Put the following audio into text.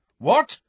What